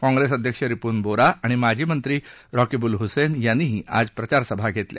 काँप्रेस अध्यक्ष रिपुन बोरा आणि माजी मंत्री रोकिबुल हुसैन यांनीही आज प्रचारसभा घेतल्या